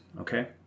okay